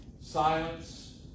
silence